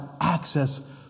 access